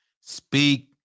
Speak